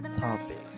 topic